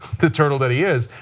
the turtle that he is.